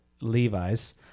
Levis